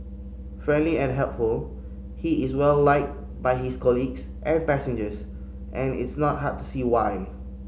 friendly and helpful he is well liked by his colleagues and passengers and it's not hard to see why